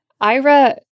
Ira